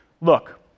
Look